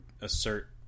assert